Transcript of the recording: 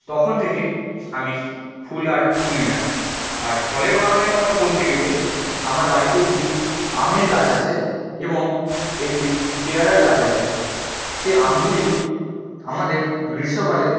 তখন থেকে আমি ফুল আর তুলি না আর ফলের বাগানের কথা বলতে গেলে আমার বাড়িতে একটি আমের গাছ আছে এবং একটি পেয়ারার গাছ আছে সে আমগুলি আমাদের গ্রীষ্মকালে